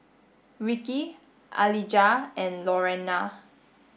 Ricky Alijah and Lorena